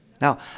Now